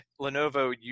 Lenovo